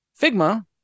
figma